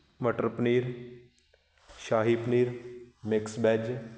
matar paneer shahi paneer mix veg